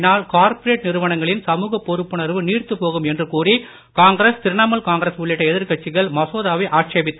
அரசின் மசோதாவினால் கார்ப்பரேட் நிறுவனங்களின் சமுகப் பொறுப்புணர்வு நீர்த்துப் போகும் என்று கூறி காங்கிரஸ் திரிணாமுள் காங்கிரஸ் உள்ளிட்ட எதிர்கட்சிகள் மசோதாவை ஆட்சேபித்தனர்